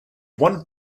won